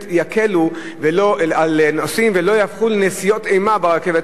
יקלו על נוסעים והנסיעות ברכבת הקלה לא ייהפכו לנסיעות אימה.